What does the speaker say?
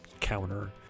counter